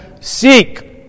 seek